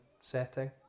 setting